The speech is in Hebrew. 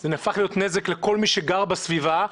זה נהפך להיות נזק לכל מי שגר בסביבה,